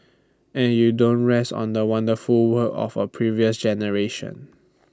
and you don't rest on the wonderful work of A previous generation